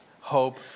hope